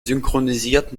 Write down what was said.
synchronisiert